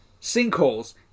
sinkholes